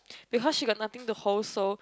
because she got nothing to hold so